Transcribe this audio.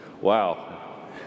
Wow